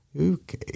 Okay